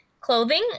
clothing